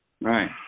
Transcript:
Right